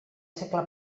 segle